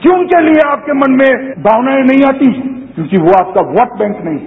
क्यूं उनके लिए आपके मन में भावनाएं नहीं आतीं क्योंकि वो आपका वोट बैंक नहीं है